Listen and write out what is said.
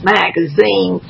magazine